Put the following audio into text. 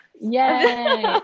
Yay